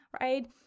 right